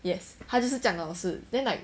yes 他就是这样的老师 then like